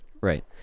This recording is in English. Right